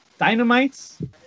Dynamites